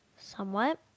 Somewhat